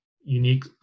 unique